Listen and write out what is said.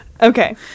Okay